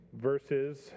verses